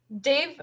Dave